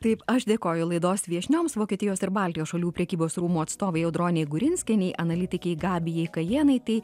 taip aš dėkoju laidos viešnioms vokietijos ir baltijos šalių prekybos rūmų atstovei audronei gurinskienė analitikei gabijai kajėnaitei